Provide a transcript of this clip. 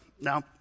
now